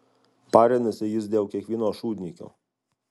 parinasi jis dėl kiekvieno šūdniekio